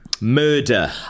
Murder